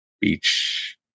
Beach